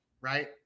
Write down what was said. right